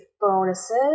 bonuses